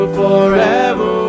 forever